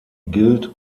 gilt